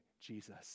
Jesus